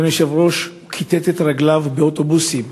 אדוני היושב-ראש, הוא כיתת את רגליו, באוטובוסים,